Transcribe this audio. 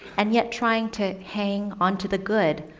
and yet trying to hang on to the good,